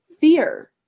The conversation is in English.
fear